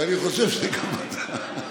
ואני חושב שגם אתה,